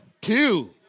Two